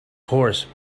horse